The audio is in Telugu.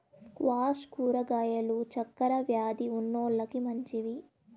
స్క్వాష్ కూరగాయలు చక్కర వ్యాది ఉన్నోలకి మంచివి